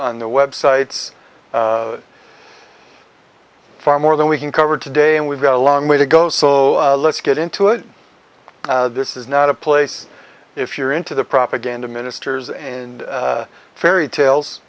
on the web sites far more than we can cover today and we've got a long way to go so let's get into it this is not a place if you're into the propaganda ministers and fairy tales